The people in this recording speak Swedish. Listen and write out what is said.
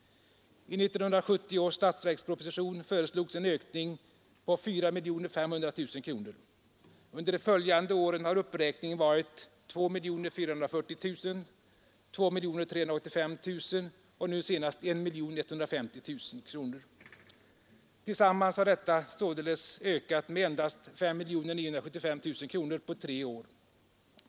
I 1970 års statsverksproposition föreslogs en ökning på 4 500 000 kronor. Under de följande åren har uppräkningen varit 2440 000, 2385 000 och nu senast 1 150 000 kronor. Sammanlagt har anslaget således ökat med endast 5 975 000 kronor på tre år.